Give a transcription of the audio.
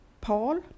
Paul